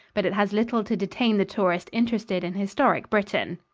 but it has little to detain the tourist interested in historic britain.